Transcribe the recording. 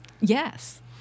Yes